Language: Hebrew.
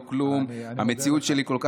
המציאות שלי כל כך, לא.